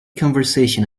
conversation